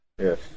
Yes